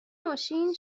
ماشین